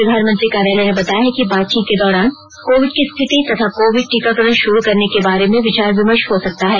प्रधानमंत्री कार्यालय ने बताया है कि बातचीत के दौरान कोविड की स्थिति तथा कोविड टीकाकरण शुरू करने के बारे में विचार विमर्श हो सकता है